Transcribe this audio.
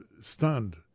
stunned